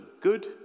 good